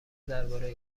درباره